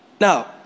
Now